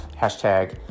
hashtag